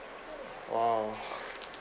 !wow!